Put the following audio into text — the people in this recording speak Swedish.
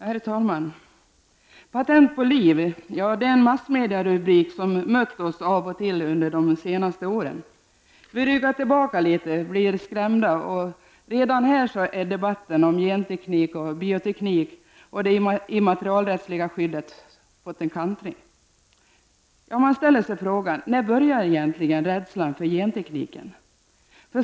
Herr talman! Patent på liv — det är en massmedierubrik som mött oss av och till under de senaste åren. Vi ryggar tillbaka litet, blir skrämda, och redan här har debatten om genteknik, bioteknik och det immaterialrättsliga skyddet fått en kantring. Man ställer sig frågan: När uppstod egentligen rädslan för gentekniken?